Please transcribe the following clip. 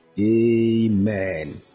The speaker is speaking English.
Amen